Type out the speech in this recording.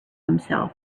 himself